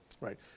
Right